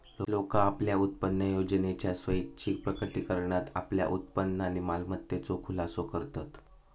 लोका आपल्या उत्पन्नयोजनेच्या स्वैच्छिक प्रकटीकरणात आपल्या उत्पन्न आणि मालमत्तेचो खुलासो करतत